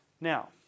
Now